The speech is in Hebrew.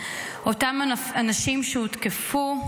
אותם אנשים שהותקפו,